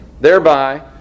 thereby